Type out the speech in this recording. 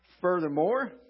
Furthermore